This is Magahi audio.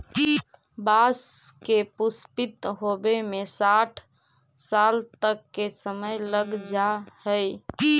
बाँस के पुष्पित होवे में साठ साल तक के समय लग जा हइ